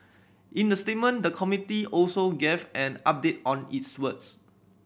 in the statement the committee also gave an update on its works